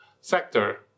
sector